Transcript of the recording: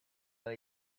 that